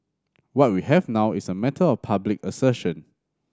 what we have now is a matter of public assertion